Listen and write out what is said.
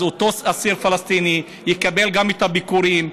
אז אותו אסיר פלסטיני יקבל גם את הביקורים,